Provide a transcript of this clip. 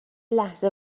لحظه